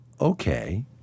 Okay